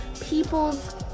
people's